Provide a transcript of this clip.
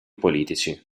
politici